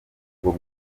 bwo